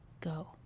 go